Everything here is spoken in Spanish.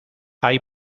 hay